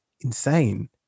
insane